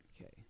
Okay